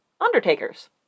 undertakers